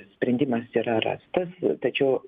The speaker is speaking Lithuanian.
sprendimas yra rastas tačiau